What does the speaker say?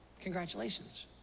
Congratulations